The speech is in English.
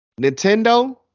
Nintendo